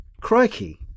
crikey